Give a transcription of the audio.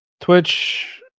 Twitch